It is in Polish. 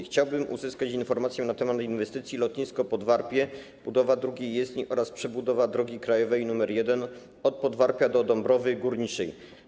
Chciałbym uzyskać informację na temat inwestycji lotnisko - Podwarpie, czyli budowy drugiej jezdni oraz przebudowy drogi krajowej nr 1 od Podwarpia do Dąbrowy Górniczej.